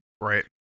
Right